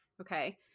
okay